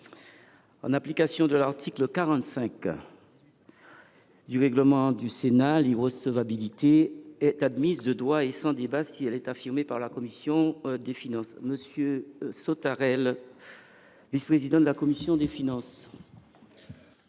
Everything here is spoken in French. en application de l’article 45 du règlement du Sénat, l’irrecevabilité est admise de droit et sans débat si elle est affirmée par la commission des finances. Quel est l’avis de la commission des finances